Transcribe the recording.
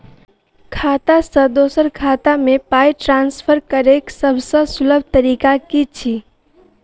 खाता सँ दोसर खाता मे पाई ट्रान्सफर करैक सभसँ सुलभ तरीका की छी?